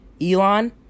Elon